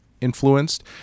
influenced